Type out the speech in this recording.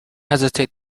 hesitate